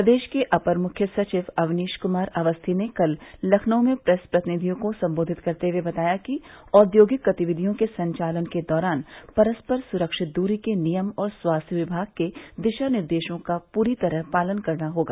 प्रदेश के अपर मुख्य सचिव गृह अवनीश कुमार अवस्थी ने कल लखनऊ में प्रेस प्रतिनिधियों को सम्बोधित करते हुए बताया कि औद्योगिक गतिविधियों के संचालन के दौरान परस्पर सुरक्षित दूरी के नियम और स्वास्थ्य विभाग के दिशा निर्देशों का पूरी तरह पालन करना होगा